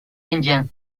indien